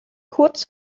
kurz